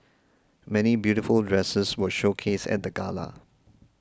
many beautiful dresses were showcased at the gala